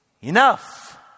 enough